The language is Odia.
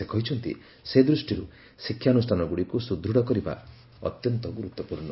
ସେ କହିଛନ୍ତି ସେ ଦୃଷ୍ଟିରୁ ଶିକ୍ଷାନୁଷ୍ଠାନଗୁଡ଼ିକୁ ସୁଦୃଢ଼ କରିବା ଅତ୍ୟନ୍ତ ଗୁରୁତ୍ୱପୂର୍ଣ୍ଣ